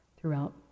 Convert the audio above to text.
throughout